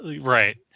right